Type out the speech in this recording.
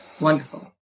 Wonderful